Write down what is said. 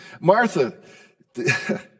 Martha